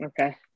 okay